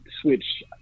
switch